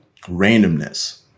Randomness